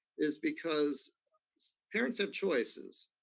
is because parents have choices.